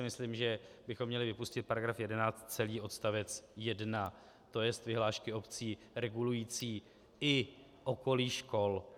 Myslím, že bychom měli vypustit § 11, celý odstavec 1, to jest vyhlášky obcí regulující i okolí škol.